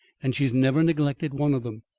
and she's never neglected one of them.